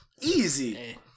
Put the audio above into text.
easy